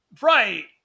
Right